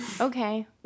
Okay